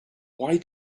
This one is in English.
why